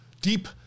deep